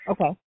Okay